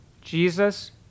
Jesus